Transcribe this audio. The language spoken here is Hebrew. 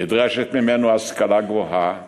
אין זכות גדולה משירות העם,